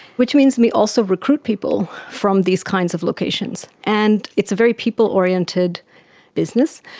which means we also recruit people from these kinds of locations. and it's a very people-oriented business.